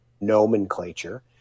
nomenclature